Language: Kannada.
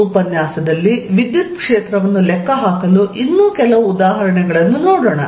ಈ ಉಪನ್ಯಾಸದಲ್ಲಿ ವಿದ್ಯುತ್ ಕ್ಷೇತ್ರವನ್ನು ಲೆಕ್ಕಹಾಕಲು ಇನ್ನೂ ಕೆಲವು ಉದಾಹರಣೆಗಳನ್ನು ನೋಡೋಣ